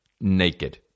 naked